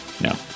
No